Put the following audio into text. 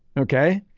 okay?